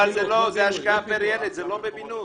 זה השקעה פר ילד, זה לא בבינוי.